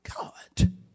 God